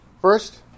First